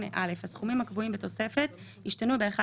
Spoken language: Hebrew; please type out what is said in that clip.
8א. הסכומים הקבועים בתוספת ישתנו ב-1